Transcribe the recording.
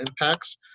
impacts